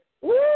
Woo